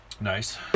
Nice